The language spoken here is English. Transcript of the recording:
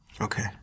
Okay